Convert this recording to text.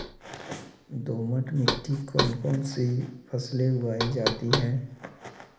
दोमट मिट्टी कौन कौन सी फसलें उगाई जाती है?